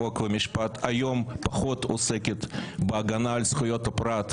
חוק ומשפט עוסקת היום פחות בהגנה על זכויות הפרט,